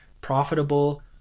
profitable